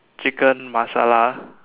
chicken Masala